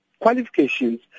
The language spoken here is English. qualifications